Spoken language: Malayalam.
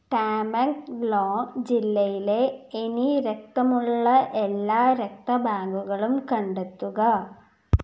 ടാമൻ ഗ്ലോ ജില്ലയിലെ എനി രക്തമുള്ള എല്ലാ രക്ത ബാങ്കുകളും കണ്ടെത്തുക